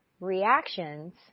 reactions